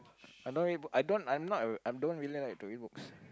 I don't read book I don't I'm not a I don't really like to read books